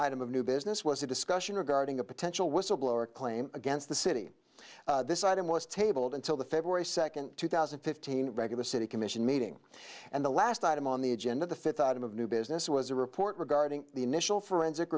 item of new business was a discussion regarding a potential whistleblower claim against the city this item was tabled until the february second two thousand and fifteen regular city commission meeting and the last item on the agenda the fifth out of new business was a report regarding the initial forensic